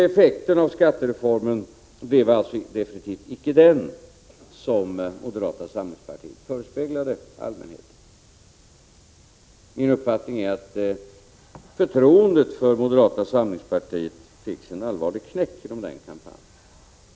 Effekten av skattereformen blev alltså icke den som moderata samlingspartiet förespeglade allmänheten. Min uppfattning är att förtroendet för moderata samlingspartiet fick sig en allvarlig knäck genom den kampanjen.